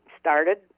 started